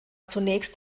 zunächst